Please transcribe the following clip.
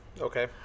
Okay